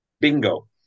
bingo